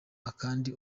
akandi